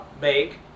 make